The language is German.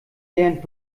lernt